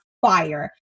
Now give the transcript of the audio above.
fire